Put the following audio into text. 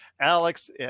Alex